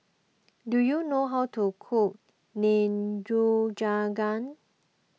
do you know how to cook Nikujaga